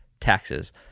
taxes